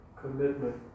commitment